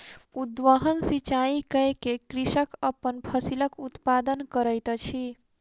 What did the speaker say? उद्वहन सिचाई कय के कृषक अपन फसिलक उत्पादन करैत अछि